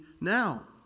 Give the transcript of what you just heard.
now